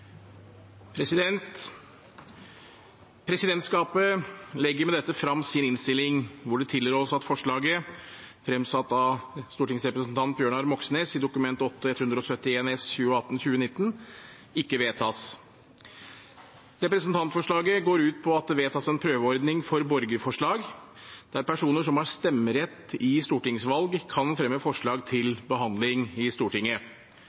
minutter. Presidentskapet legger med dette frem sin innstilling hvor det tilrås at forslaget – fremsatt av stortingsrepresentant Bjørnar Moxnes i Dokument 8:171 S for 2018–2019 – ikke vedtas. Representantforslaget går ut på at det vedtas en prøveordning for borgerforslag der personer som har stemmerett i stortingsvalg, kan fremme forslag til behandling i Stortinget.